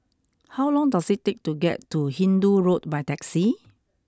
how long does it take to get to Hindoo Road by taxi